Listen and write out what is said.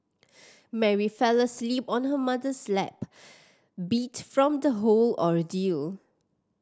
Mary fell asleep on her mother's lap beat from the whole ordeal